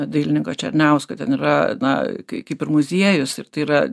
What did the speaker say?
dailininko černiausko ten yra na kai kaip ir muziejus ir tai yra